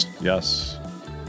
Yes